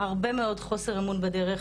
הרבה מאוד חוסר אמון בדרך,